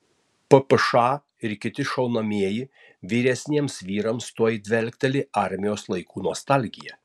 ppš ir kiti šaunamieji vyresniems vyrams tuoj dvelkteli armijos laikų nostalgija